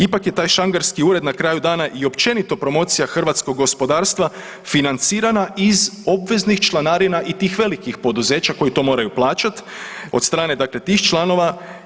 Ipak je taj šangerski ured na kraju dana i općenito promocija hrvatskog gospodarstva financirana iz obveznih članarina i tih velikih poduzeća koji to moraju plaćat od strane tih članova.